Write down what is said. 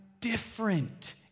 different